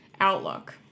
outlook